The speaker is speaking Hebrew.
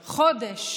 חודש,